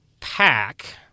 pack